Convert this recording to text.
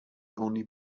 only